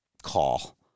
call